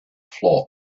flock